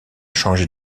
changé